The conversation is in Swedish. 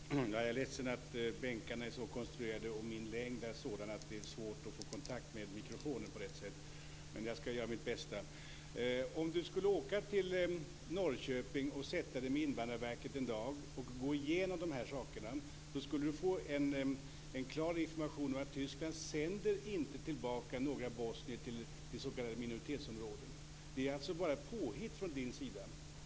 Fru talman! Jag är ledsen att bänkarna är så konstruerade och min längd är sådan att det är svårt att få kontakt med mikrofonen, men jag skall göra mitt bästa. Om Ulla Hoffmann skulle åka till Norrköping och vid Invandrarverket gå igenom de här sakerna skulle hon få en klar information om att Tyskland inte sänder tillbaka några bosnier till s.k. minoritetsområden. Det är alltså påhitt att så sker.